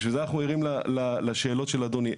בשביל זה אנחנו ערים לשאלות של אדוני.